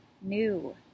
new